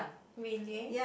really